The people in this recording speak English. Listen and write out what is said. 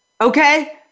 okay